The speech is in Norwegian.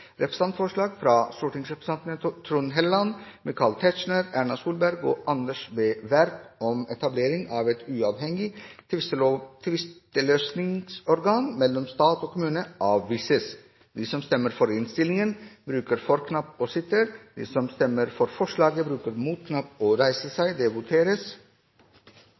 representantforslag fra stortingsrepresentantene Trond Helleland, Michael Tetzschner, Erna Solberg og Anders B. Werp om etablering av et uavhengig tvisteløsningsorgan mellom stat og kommune – vedlegges protokollen.» Presidenten antar at Fremskrittspartiet og Høyre vil støtte forslaget fra Kristelig Folkeparti. Venstre har varslet at de støtter innstillingen. Det voteres